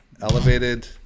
elevated